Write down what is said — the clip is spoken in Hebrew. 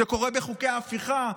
זה קורה בחוקי ההפיכה,